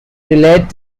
relate